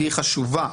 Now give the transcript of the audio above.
והיא חשובה,